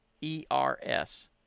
E-R-S